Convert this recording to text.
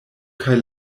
kaj